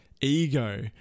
ego